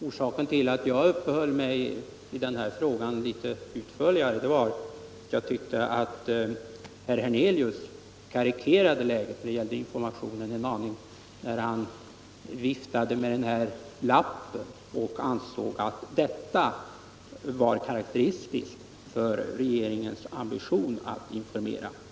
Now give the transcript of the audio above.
Orsaken till att jag uppehöll mig vid denna fråga litet utförligare var att jag tyckte att herr Hernelius karikerade läget en aning när han talade om informationen och viftade med den här lappen och ansåg att detta var karakteristiskt för regeringens ambitioner att informera.